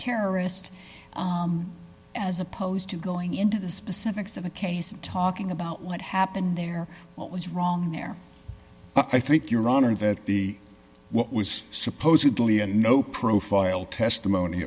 terrorist as opposed to going into the specifics of a case of talking about what happened there what was wrong there i think your honor that the what was supposedly a no profile testimony